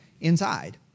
inside